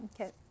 Okay